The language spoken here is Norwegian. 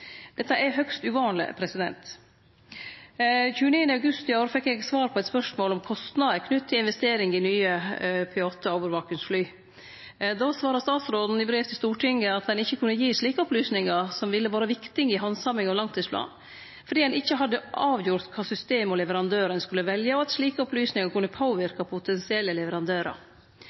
Dette er høgst uvanleg. Den 29. august i år fekk eg svar på eit spørsmål om kostnader knytte til investering i nye P-8-overvakingsfly. Då svara statsråden i brev til Stortinget at ein ikkje kunne gi slike opplysningar, som ville vore viktige i handsaming av langtidsplanen, fordi ein ikkje hadde avgjort kva system og leverandør ein skulle velje, og at slike opplysningar kunne påverke potensielle leverandørar.